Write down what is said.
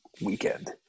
weekend